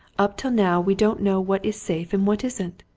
up to now we don't know what is safe and what isn't.